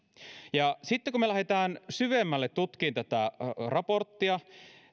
sitten kun me lähdemme syvemmälle tutkimaan tätä raporttia